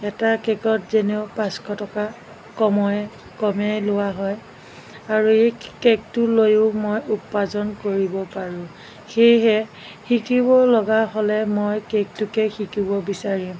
এটা কেকত যেনেও পাঁচশ টকা কমে কমেও লোৱা হয় আৰু এই কেকটো লৈয়ো মই উপাৰ্জন কৰিব পাৰোঁ সেয়েহে শিকিব লগা হ'লে মই কেকটোকে শিকিব বিচাৰিম